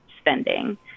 spending